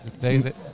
David